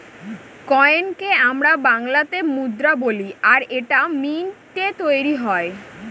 কয়েনকে আমরা বাংলাতে মুদ্রা বলি আর এটা মিন্টৈ তৈরী হয়